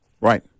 right